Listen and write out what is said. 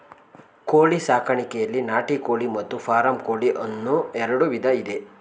ಕೋಳಿ ಸಾಕಾಣಿಕೆಯಲ್ಲಿ ನಾಟಿ ಕೋಳಿ ಮತ್ತು ಫಾರಂ ಕೋಳಿ ಅನ್ನೂ ಎರಡು ವಿಧ ಇದೆ